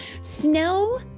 Snow